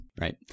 Right